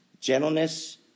gentleness